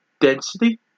density